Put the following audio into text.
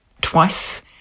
twice